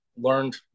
learned